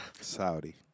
Saudi